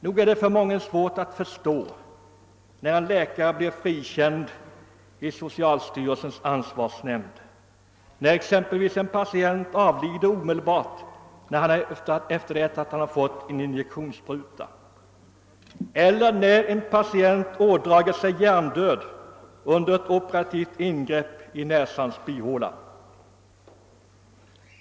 Nog är det för mången svårt att förstå att en läkare blir frikänd av socialstyrelsens ansvarsnämnd, då en patient exempelvis avlider omedelbart efter att ha fått en injektion eller när en patient ådrar sig hjärndöd vid ett ope rativt ingrepp i näsans bihåla.